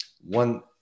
one